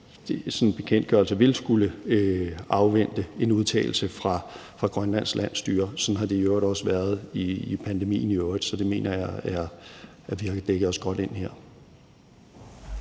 og en sådan bekendtgørelse vil skulle afvente en udtalelse fra Grønlands Selvstyre – sådan har det også været under pandemien i øvrigt. Så jeg mener, at vi har dækket os godt ind her.